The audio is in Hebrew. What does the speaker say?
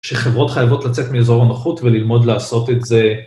שחברות חייבות לצאת מאזור הנוחות וללמוד לעשות את זה.